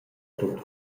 tut